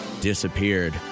disappeared